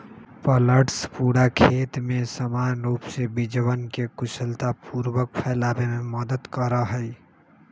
planters पूरा खेत में समान रूप से बीजवन के कुशलतापूर्वक फैलावे में मदद करा हई